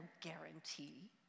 guarantee